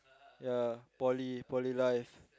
ya poly poly life